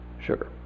Sugar